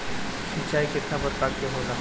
सिंचाई केतना प्रकार के होला?